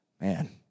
man